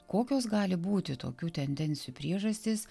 kokios gali būti tokių tendencijų priežastys